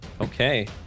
Okay